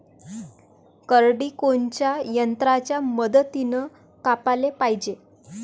करडी कोनच्या यंत्राच्या मदतीनं कापाले पायजे?